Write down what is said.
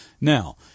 Now